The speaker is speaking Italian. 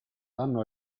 danno